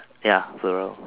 ya uh